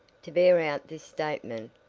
to bear out this statement,